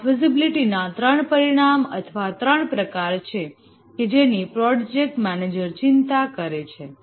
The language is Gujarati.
ત્યાં ફિઝિબિલિટી ના 3 પરિમાણ અથવા 3 પ્રકાર છે કે જેની પ્રોજેક્ટ મેનેજર ચિંતા કરે છે